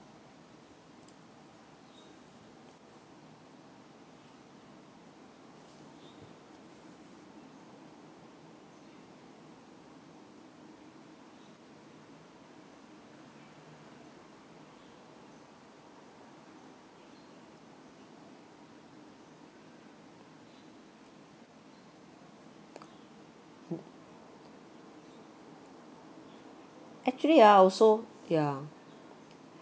who~ actually ah I also ya